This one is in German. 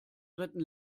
retten